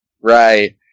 Right